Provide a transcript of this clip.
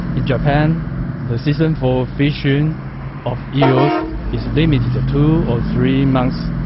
in japan the season for fishing of eels is limited to two or three months.